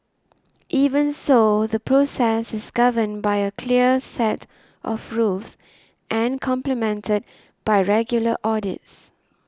even so the process is governed by a clear set of rules and complemented by regular audits